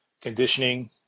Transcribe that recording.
conditioning